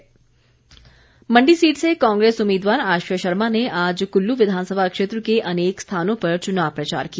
आश्रय शर्मा मण्डी सीट से कांग्रेस उम्मीदवार आश्रय शर्मा ने आज कुल्लू विधानसभा क्षेत्र के अनेक स्थानों पर चुनाव प्रचार किया